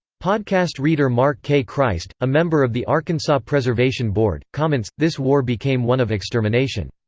podcast reader mark k. christ, a member of the arkansas preservation board, comments this war became one of extermination.